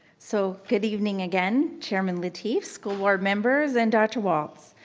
so good evening again chairman lateef, school board members and dr. walts.